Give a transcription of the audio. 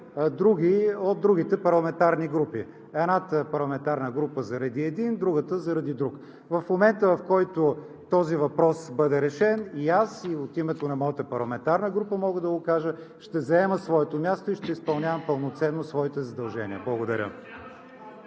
от другите парламентарни групи. Едната парламентарна група заради един, другата заради друг. В момента, в който този въпрос бъде решен, и аз, и от името на моята парламентарна група мога да го кажа, ще заема своето място и ще изпълнявам пълноценно своите задължения. Благодаря.